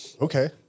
okay